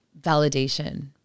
validation